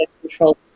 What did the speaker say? control